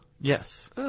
Yes